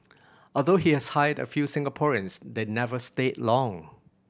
although he has hired a few Singaporeans they never stay long